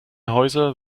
häuser